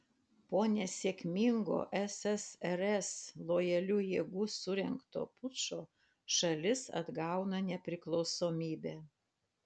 po nesėkmingo ssrs lojalių jėgų surengto pučo šalis atgauna nepriklausomybę